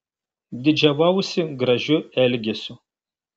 didžiavausi gražiu elgesiu